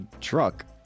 truck